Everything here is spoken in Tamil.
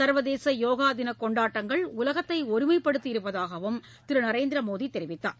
சர்வதேச யோகா தின கொண்டாட்டங்கள் உலகத்தை ஒருமைப்படுத்தி இருப்பதாகவும் திரு நரேந்திரமோடி தெரிவித்தார்